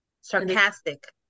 Sarcastic